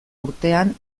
urtean